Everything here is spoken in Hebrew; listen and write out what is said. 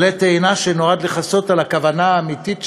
עלה תאנה שנועד לכסות על הכוונה האמיתית שלכם,